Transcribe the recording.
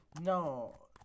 No